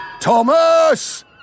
Thomas